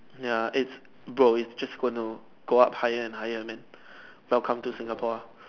ya it's bro it's just gonna go up higher and higher man welcome to Singapore ah